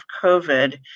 COVID